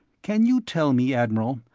can you tell me, admiral,